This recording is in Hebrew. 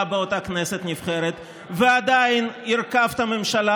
באותה כנסת נבחרת ועדיין הרכבת ממשלה,